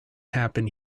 happen